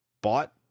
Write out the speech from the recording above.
bought